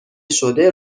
شده